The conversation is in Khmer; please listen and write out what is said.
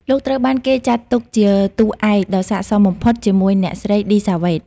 លោកត្រូវបានគេចាត់ទុកជាគូឯកដ៏ស័ក្តិសមបំផុតជាមួយអ្នកស្រី ឌី សាវ៉េត។